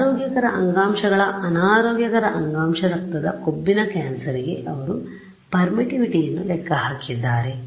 ಆರೋಗ್ಯಕರ ಅಂಗಾಂಶಗಳ ಅನಾರೋಗ್ಯಕರ ಅಂಗಾಂಶ ರಕ್ತದ ಕೊಬ್ಬಿನ ಕ್ಯಾನ್ಸರ್ಗೆ ಅವರು permittivityಪರ್ಮಿಟಿವಿಟಿಯನ್ನು ಲೆಕ್ಕಹಾಕಿದ್ದಾರೆ